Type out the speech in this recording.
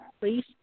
please